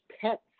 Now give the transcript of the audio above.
pets